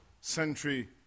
century